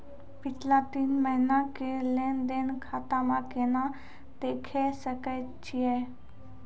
पिछला तीन महिना के लेंन देंन खाता मे केना देखे सकय छियै?